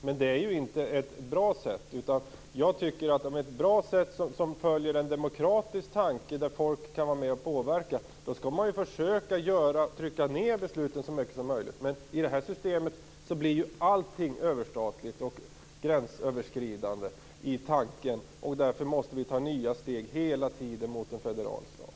Men det är inte ett bra sätt. Ett bra sätt, som följer en demokratisk tanke och där folk kan vara med och påverka, är att försöka trycka ned besluten så långt som möjligt. I detta system blir allting överstatligt och gränsöverskridande i tanken, och därför måste vi hela tiden ta nya steg mot en federal stat.